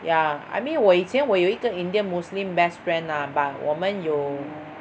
yeah I mean 我以前我有一个 indian muslim best friend ah but 我们有